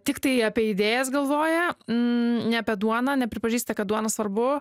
tiktai apie idėjas galvoja ne apie duoną nepripažįsta kad duona svarbu